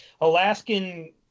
Alaskan